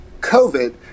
COVID